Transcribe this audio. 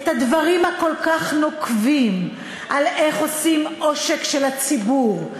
את הדברים הכל-כך נוקבים על איך עושים עושק של הציבור,